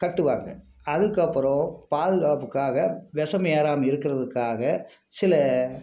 கட்டுவாங்க அதுக்கப்பறம் பாதுகாப்புக்காக விஷம் ஏறாமல் இருக்கிறதுக்காக சில